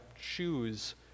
choose